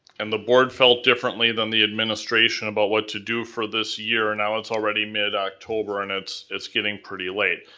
and the board felt differently than the administration about what to do for this year, now it's already mid october and it's it's getting pretty late.